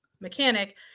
mechanic